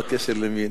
מה הקשר למין?